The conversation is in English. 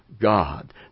God